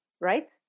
right